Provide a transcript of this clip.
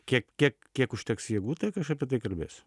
kiek kiek kiek užteks jėgų tiek aš apie tai kalbėsiu